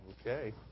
Okay